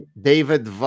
David